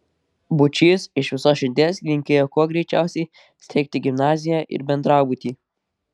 būčys iš visos širdies linkėjo kuo greičiausiai steigti gimnaziją ir bendrabutį